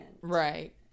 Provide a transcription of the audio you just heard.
right